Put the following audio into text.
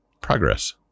Progress